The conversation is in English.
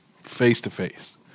face-to-face